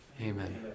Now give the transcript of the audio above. Amen